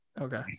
Okay